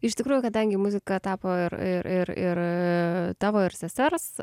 iš tikrųjų kadangi muzika tapo ir ir ir ir tavo ir sesers